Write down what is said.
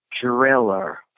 Driller